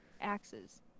Axes